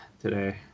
today